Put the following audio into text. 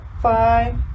five